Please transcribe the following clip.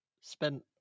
spent